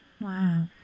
Wow